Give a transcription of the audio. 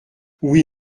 oui